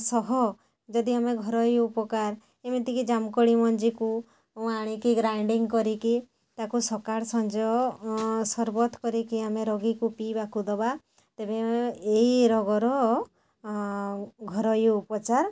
ସହ ଯଦି ଆମେ ଘରୋଇ ଉପକାର ଏମିତିକି ଜାମୁକୋଳି ମଞ୍ଜିକୁ ଆଣିକି ଗ୍ରାଇଡ଼ିଙ୍ଗ୍ କରିକି ତାକୁ ସକାଳ ସଞ୍ଜ ସର୍ବତ କରିକି ଆମେ ରୋଗୀକୁ ପିଇବାକୁ ଦେବା ତେବେ ଆମେ ଏଇ ରୋଗର ଘରୋଇ ଉପଚାର